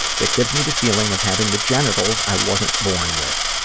that gives me the feeling of having the genitals i wasn't born with.